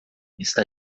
está